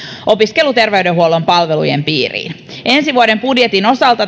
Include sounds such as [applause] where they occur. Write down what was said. opiskelijaterveydenhuollon palveluiden piiriin ensi vuoden budjetin osalta [unintelligible]